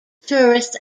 tourist